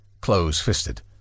close-fisted